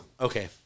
Okay